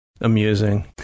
amusing